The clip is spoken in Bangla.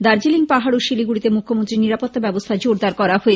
দার্জিলিং পাহাড় ও শিলিগুড়িতে মুখ্যমন্ত্রীর নিরাপত্তা ব্যবস্থা জোরদার করা হয়েছে